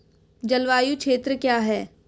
जलवायु क्षेत्र क्या है?